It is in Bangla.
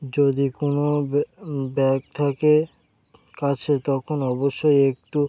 যদি কোনও ব্যাগ থাকে কাছে তখন অবশ্যই একটু